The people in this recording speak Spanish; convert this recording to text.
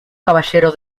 caballero